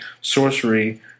sorcery